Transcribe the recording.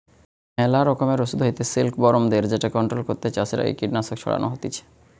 মেলা রকমের অসুখ হইতে সিল্কবরমদের যেটা কন্ট্রোল করতে চাষের আগে কীটনাশক ছড়ানো হতিছে